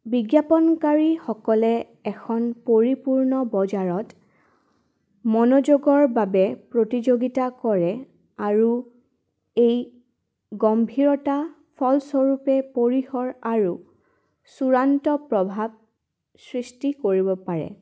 বিজ্ঞাপনকাৰীসকলে এখন পৰিপূৰ্ণ বজাৰত মনোযোগৰ বাবে প্ৰতিযোগিতা কৰে আৰু এই গম্ভীৰতা ফলস্বৰূপে পৰিসৰ আৰু চূড়ান্ত প্ৰভাৱ সৃষ্টি কৰিব পাৰে